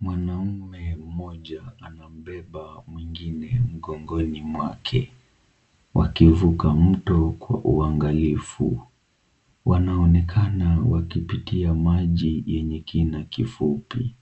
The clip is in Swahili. Mwanamume mmoja anabeba mwingine mgongoni mwake wakivuka mto kwa uangalifu. Wanaonekana wakipitia maji yenye kina kifupi,